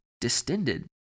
distended